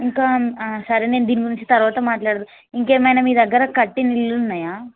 ఇంకా సరే నేను దీని గురించి తరువాత మాట్లాడతా ఇంకేమైనా మీ దగ్గర కట్టిన ఇళ్ళు ఉన్నాయా